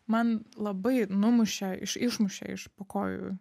man labai numušė iš išmušė iš po kojų